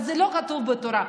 זה לא כתוב בתורה.